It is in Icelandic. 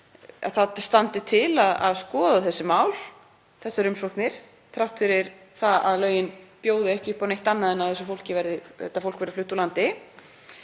að það standi þá til að skoða þessi mál, þessar umsóknir, þrátt fyrir að lögin bjóði ekki upp á neitt annað en að þetta fólk verði flutt úr landi.